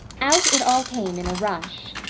out it all came in a rush.